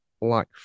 life